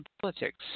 politics